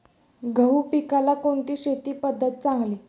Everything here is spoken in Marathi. गहू पिकाला कोणती शेती पद्धत चांगली?